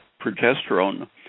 progesterone